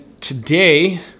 today